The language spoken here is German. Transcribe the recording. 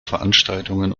veranstaltungen